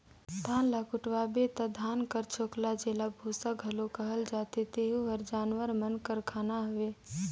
धान ल कुटवाबे ता धान कर छोकला जेला बूसा घलो कहल जाथे तेहू हर जानवर मन कर खाना हवे